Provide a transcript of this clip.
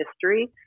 history